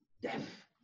death